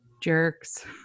jerks